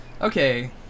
Okay